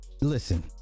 listen